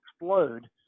explode